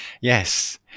Yes